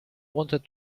wanted